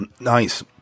Nice